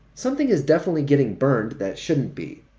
something is definitely getting burned that shouldn't be.